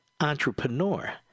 entrepreneur